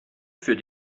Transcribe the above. für